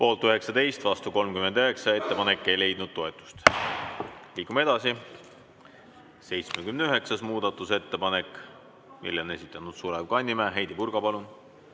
Poolt 19, vastu 39. Ettepanek ei leidnud toetust. Liigume edasi. 79. muudatusettepanek, selle on esitanud Sulev Kannimäe. Heidy Purga, palun!